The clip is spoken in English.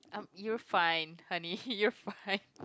you're fine honey you're fine